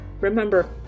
Remember